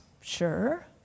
Sure